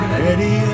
ready